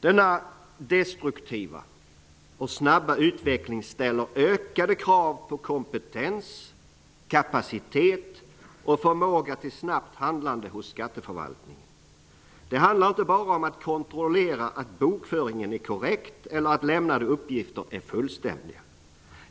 Denna destruktiva och snabba utveckling ställer ökade krav på kompetens, kapacitet och förmåga till snabbt handlande hos skatteförvaltningen. Det handlar inte bara om att kontrollera att bokföringen är korrekt eller att lämnade uppgifter är fullständiga.